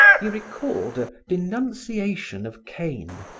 he recalled a denunciation of cain,